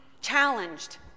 challenged